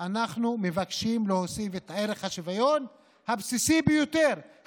אנחנו מבקשים להוסיף את ערך השוויון הבסיסי ביותר,